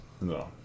No